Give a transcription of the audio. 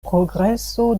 progreso